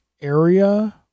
area